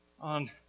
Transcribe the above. on